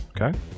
Okay